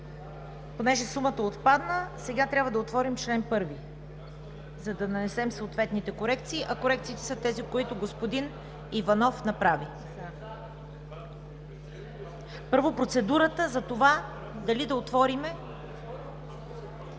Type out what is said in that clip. Понеже сумата отпадна, сега трябва да отворим чл. 1, за да нанесем съответните корекции, а корекциите са тези, които господин Иванов направи. (Шум и реплики.) Първо – процедурата за това дали да отворим…